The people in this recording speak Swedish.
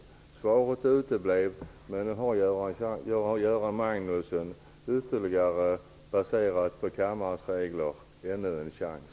Svaret uteblev, men nu har Göran Magnusson, baserat på kammarens regler, ytterligare en chans.